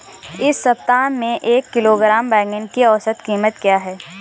इस सप्ताह में एक किलोग्राम बैंगन की औसत क़ीमत क्या है?